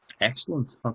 Excellent